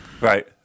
right